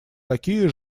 такие